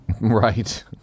right